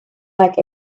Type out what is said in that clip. like